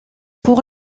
pour